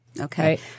Okay